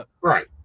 right